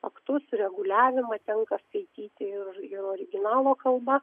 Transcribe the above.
aktus reguliavimą tenka skaityti ir ir originalo kalba